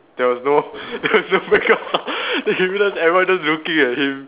there was no then he realise everyone just looking at him